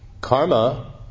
Karma